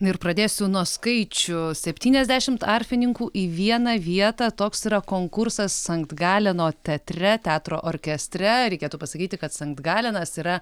na ir pradėsiu nuo skaičių septyniasdešimt arfininkų į vieną vietą toks yra konkursas sankt galeno teatre teatro orkestre reikėtų pasakyti kad sankt galenas yra